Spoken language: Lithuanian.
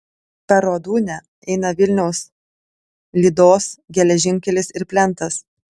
per rodūnią eina vilniaus lydos geležinkelis ir plentas